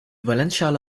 valenzschale